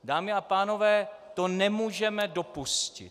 Dámy a pánové, to nemůžeme dopustit.